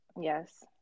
Yes